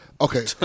Okay